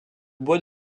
bois